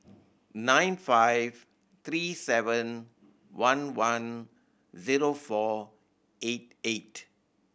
nine five three seven one one zero four eight eight